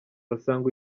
basanga